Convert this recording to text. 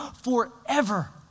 forever